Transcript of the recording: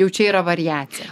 jau čia yra variacija